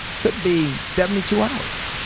could be seventy two hours.